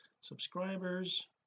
subscribers